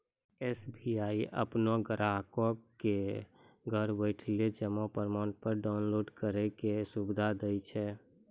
SBI अपनो ग्राहको क घर बैठले जमा प्रमाणपत्र डाउनलोड करै के सुविधा दै छै